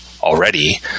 already